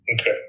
Okay